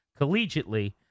collegiately